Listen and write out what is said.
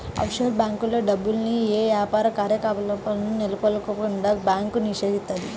offshore బ్యేంకుల్లో డబ్బుల్ని యే యాపార కార్యకలాపాలను నెలకొల్పకుండా బ్యాంకు నిషేధిత్తది